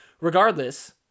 Regardless